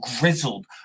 grizzled